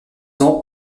ans